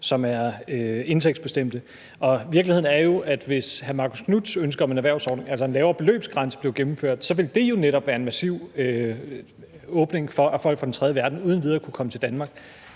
som er indtægtsbestemte. Og virkeligheden er jo, at hvis hr. Marcus Knuths ønske om en lavere beløbsgrænse blev gennemført, ville det jo netop være en massiv åbning for, at folk fra den tredje verden uden videre kunne komme til Danmark.